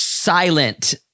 silent